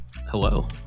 Hello